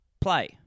play